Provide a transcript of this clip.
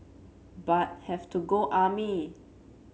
but have to go army